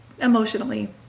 emotionally